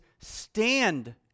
stand